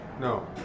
No